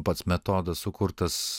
pats metodas sukurtas